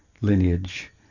lineage